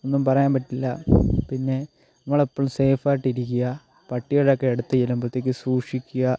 ഒന്നും പറയാൻ പറ്റില്ല പിന്നെ നമ്മളെപ്പോഴും സേഫ് ആയിട്ടിരിക്കുക പട്ടിയുടെ ഒക്കെ അടുത്ത് ചെല്ലുമ്പോഴ്ത്തേക്ക് സൂക്ഷിക്കുക